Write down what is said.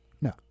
No